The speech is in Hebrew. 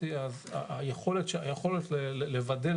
היכולת לבדל